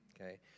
okay